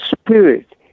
spirit